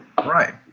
Right